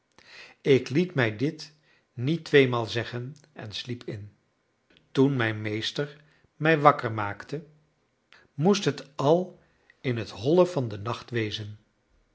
ik liet mij dit niet tweemaal zeggen en sliep in toen mijn meester mij wakker maakte moest het al in t holle van den nacht wezen